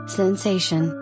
sensation